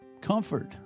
Comfort